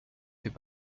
fait